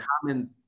common